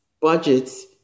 budgets